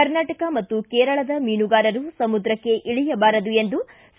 ಕರ್ನಾಟಕ ಮತ್ತು ಕೇರಳದ ಮೀನುಗಾರರು ಸಮುದ್ರಕ್ಕೆ ಇಳಿಯಬಾರದು ಎಂದು ಸಿ